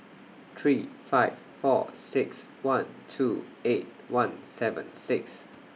three five four six one two eight one seven six